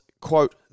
quote